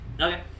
Okay